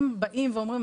הם באים ואומרים,